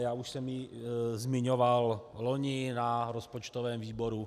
Já už jsem ji zmiňoval loni na rozpočtovém výboru.